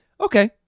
Okay